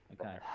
Okay